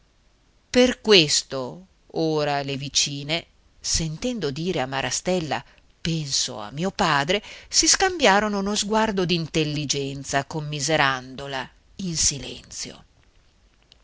per questo ora le vicine sentendo dire a marastella penso a mio padre si scambiarono uno sguardo d'intelligenza commiserandola in silenzio